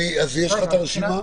את הרשימה?